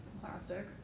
plastic